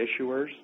issuers